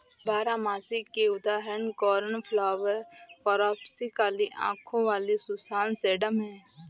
बारहमासी के उदाहरण कोर्नफ्लॉवर, कोरॉप्सिस, काली आंखों वाली सुसान, सेडम हैं